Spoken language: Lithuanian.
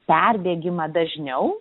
perdegimą dažniau